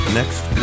next